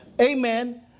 Amen